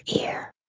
ear